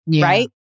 Right